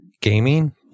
gaming